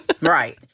Right